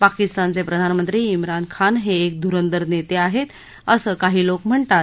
पाकिस्तानचे प्रधानमंत्री शिरान खान हे एक धुरंदर नेते आहेत असं काही लोक म्हणतात